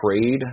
trade